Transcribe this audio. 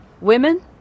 women